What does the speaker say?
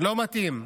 לא מתאים.